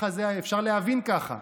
אפשר להבין את זה ככה.